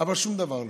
אבל שום דבר לא.